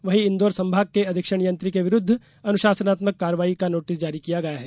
वहीं इंदौर संभाग के अधीक्षण यंत्री के विरुद्ध अनुशासनात्मक कार्रवाई का नोटिस जारी किया गया है